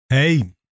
Hey